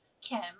Kim